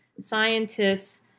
scientists